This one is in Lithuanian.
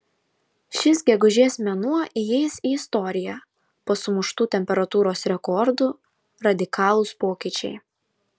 šis gegužės mėnuo įeis į istoriją po sumuštų temperatūros rekordų radikalūs pokyčiai